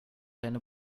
deine